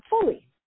fully